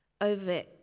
over